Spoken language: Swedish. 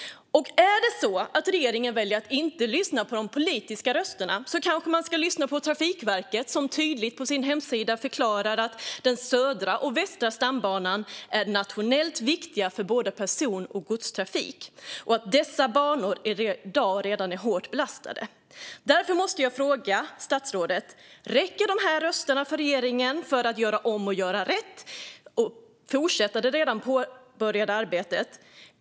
Om regeringen väljer att inte lyssna på de politiska rösterna kanske man ska lyssna på Trafikverket, som tydligt på sin hemsida förklarar att Södra och Västra stambanan är nationellt viktiga för både person och godstrafik och att dessa banor i dag redan är hårt belastade. Därför måste jag fråga statsrådet: Räcker dessa röster för regeringen för att göra om och göra rätt och fortsätta det redan påbörjade arbetet?